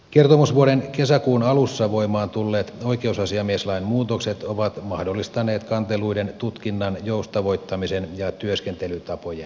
kertomusvuoden kesäkuun alussa voimaan tulleet oikeusasiamieslain muutokset ovat mahdollistaneet kanteluiden tutkinnan joustavoittamisen ja työskentelytapojen kehittämisen